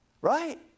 Right